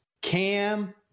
Cam